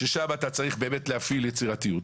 ששם אתה צריך באמת להפעיל יצירתיות.